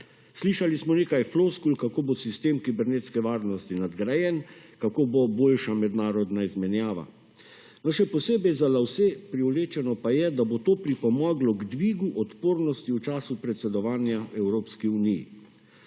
Slišali smo nekaj floskul kako bo sistem kibernetske varnosti nadgrajen, kako bo boljša mednarodna izmenjava. Še posebej za lase privlečeno je, da bo to pripomoglo k dvigu odpornosti v času predsedovanja EU. Slovenija